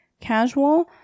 casual